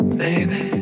baby